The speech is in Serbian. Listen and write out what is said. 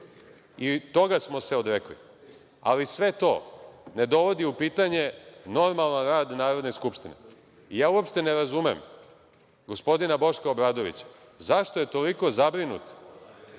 i toga smo se odrekli. Ali, sve to ne dovodi u pitanje normalan rad Narodne skupštine. Ja uopšte ne razumem gospodina Boška Obradovića zašto je toliko zabrinut